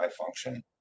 function